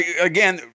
again